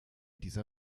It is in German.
dieser